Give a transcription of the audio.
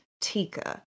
tika